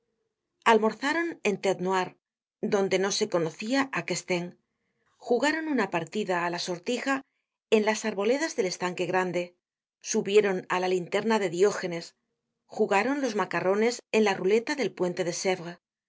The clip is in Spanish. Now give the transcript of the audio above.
almorzaron en la tete noire donde no se conociá á castaing jugaron una partida á la sortija en las arboledas del estanque grande subieron á la linterna de diógenes jugaron los macarrones en la ruleta del puente de